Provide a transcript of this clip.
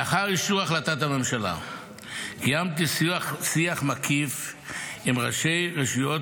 לאחר אישור החלטת הממשלה קיימתי שיח מקיף עם ראשי רשויות